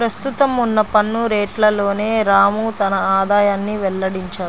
ప్రస్తుతం ఉన్న పన్ను రేట్లలోనే రాము తన ఆదాయాన్ని వెల్లడించాడు